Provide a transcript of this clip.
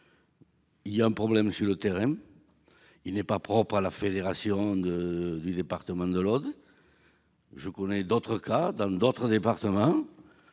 Il y a un problème sur le terrain ; il n'est pas propre à la fédération du département de l'Aude. Je connais d'autres cas, dans d'autres départements.